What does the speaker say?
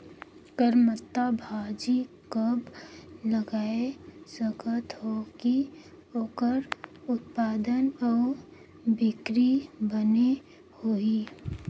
करमत्ता भाजी कब लगाय सकत हो कि ओकर उत्पादन अउ बिक्री बने होही?